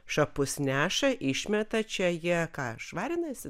šapus neša išmeta čia jie ką švarinasi